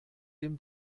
dem